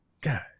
God